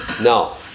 Now